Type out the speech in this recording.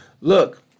Look